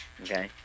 okay